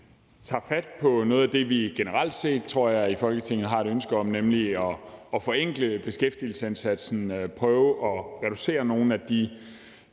tager fat på noget af det, vi generelt set i Folketinget, tror jeg, har et ønske om, nemlig at forenkle beskæftigelsesindsatsen, prøve at reducere nogle af de